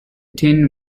tin